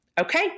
Okay